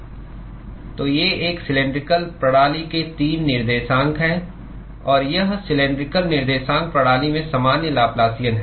तो ये एक सिलैंडरिकल प्रणाली के 3 निर्देशांक हैं और यह सिलैंडरिकल निर्देशांक प्रणाली में सामान्य लाप्लासियन है